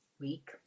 week